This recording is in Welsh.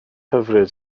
hyfryd